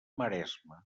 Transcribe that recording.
maresme